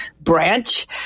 branch